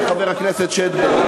חבר הכנסת שטבון.